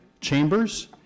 chambers